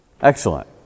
Excellent